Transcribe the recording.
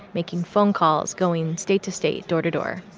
making phone calls, going state to state. door to door,